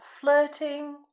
Flirting